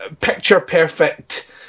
picture-perfect